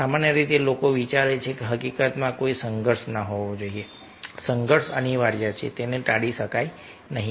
સામાન્ય રીતે લોકો વિચારે છે કે હકીકતમાં કોઈ સંઘર્ષ ન હોવો જોઈએ સંઘર્ષ અનિવાર્ય છે તેને ટાળી શકાય નહીં